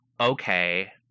okay